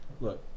look